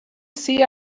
see